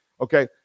Okay